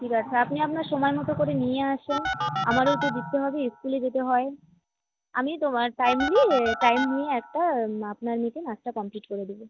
ঠিক আছে আপনি আপনার সময় মতো করে নিয়ে আসুন আমারও তো যিতে হবে স্কুলে যেতে হয় আমি তোম টাইমলি টাইম নিয়ে একটা আপনার মেয়েকে নাচটা কমপ্লিট করে দেবো